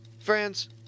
Friends